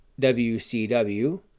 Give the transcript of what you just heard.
WCW